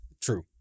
True